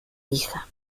hija